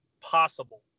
possible